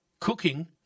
Cooking